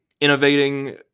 Innovating